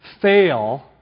fail